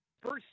First